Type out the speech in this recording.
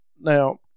Now